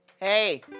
Hey